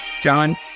John